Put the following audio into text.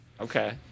Okay